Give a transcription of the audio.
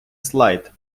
слайд